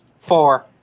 Four